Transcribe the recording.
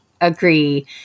agree